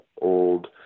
old